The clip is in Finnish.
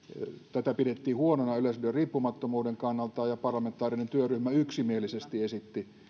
tätä pidettiin huonona yleisradion riippumattomuuden kannalta ja parlamentaarinen työryhmä yksimielisesti esitti